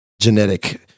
genetic